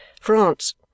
France